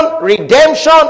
redemption